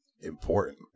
important